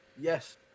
Yes